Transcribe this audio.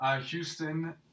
Houston